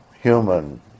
human